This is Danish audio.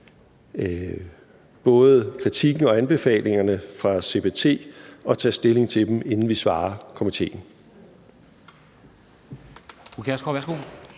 både kritikken og anbefalingerne fra CPT og tage stilling til dem, inden vi svarer komiteen.